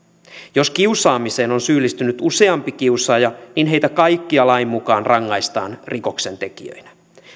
jos kiusaamiseen on syyllistynyt useampi kiusaaja niin heitä kaikkia lain mukaan rangaistaan rikoksentekijöinä